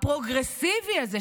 הפרוגרסיבי הזה,